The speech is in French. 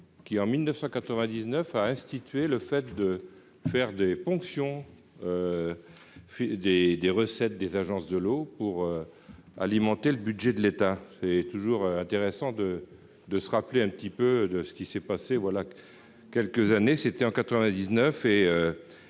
qui, en 1999 a institué le fait de faire des ponctions des des recettes des agences de l'eau pour alimenter le budget de l'État, c'est toujours intéressant de de se rappeler un petit peu de ce qui s'est passé, voilà quelques années, c'était en 99